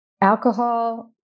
alcohol